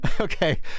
Okay